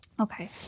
Okay